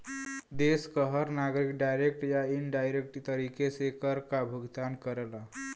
देश क हर नागरिक डायरेक्ट या इनडायरेक्ट तरीके से कर काभुगतान करला